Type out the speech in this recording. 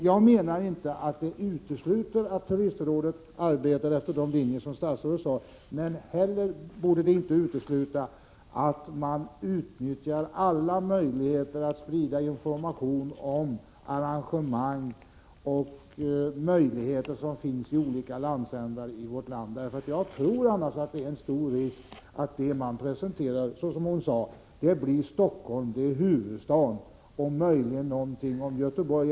Jag menar inte att detta utesluter att turistrådet arbetar efter de linjer som statsrådet nämnde, men vi borde heller inte utesluta att man utnyttjar alla möjligheter att sprida information om de arrangemang osv. som finns i olika landsändar. Jag tror att det annars är en stor risk för att det man presenterar, som Sonia Andersson sade i artikeln i Kvällsposten, blir Stockholm, huvudstaden, och möjligen någonting från Göteborg.